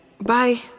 Bye